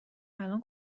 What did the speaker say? الان